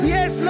Yes